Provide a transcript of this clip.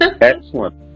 Excellent